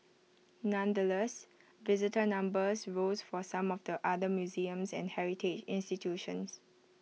nonetheless visitor numbers rose for some of the other museums and heritage institutions